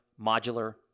Modular